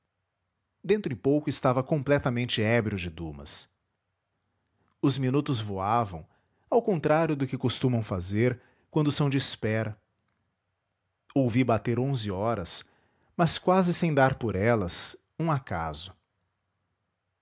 em pouco estava completamente ébrio de dumas os minutos voavam ao contrário do que costumam fazer quando são de espera ouvi bater onze horas mas quase sem dar por elas um acaso